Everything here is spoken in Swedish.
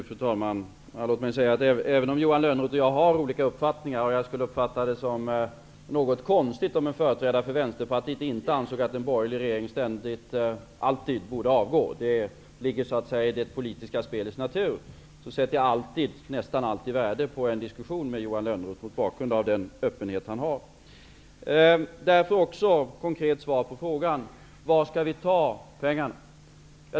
Fru talman! Låt mig säga att även om Johan Lönnroth och jag har olika uppfattningar -- jag skulle uppfatta det som något konstigt om en företrädare för Vänsterpartiet inte ansåg att en borgerlig regering alltid borde avgå, det ligger så att säga i det politiska spelets natur -- sätter jag nästan alltid värde på en diskussion med Johan Lönnroth mot bakgrund av den öppenhet som han har. Jag skall därför svara konkret på hans fråga om var vi skall ta pengarna.